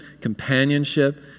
companionship